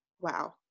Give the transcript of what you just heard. Wow